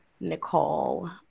Nicole